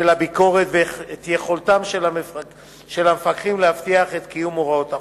הביקורת ואת יכולתם של המפקחים להבטיח את קיום הוראות החוק.